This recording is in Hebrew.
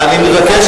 אני מבקש,